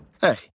hey